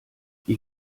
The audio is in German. wie